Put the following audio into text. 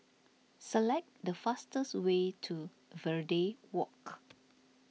select the fastest way to Verde Walk